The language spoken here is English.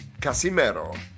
Casimero